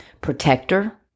protector